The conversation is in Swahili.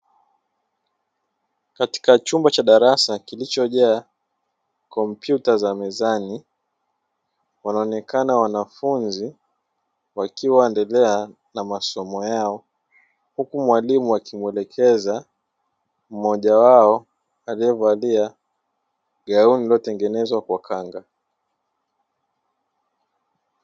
Katika chumba cha darasa kilichojaa kompyuta za mezani wanaonekana wanafunzi wakiwa wanaendelea na masomo yao, huku mwalimu akiwaelekeza mmoja wao aliyevalia gauni lililotengenezwa kwa kanga.